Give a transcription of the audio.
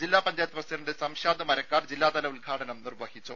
ജില്ലാ പഞ്ചായത്ത് പ്രസിഡന്റ് സംഷാദ് മരക്കാർ ജില്ലാതല ഉദ്ഘാടനം നിർവഹിച്ചു